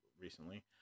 recently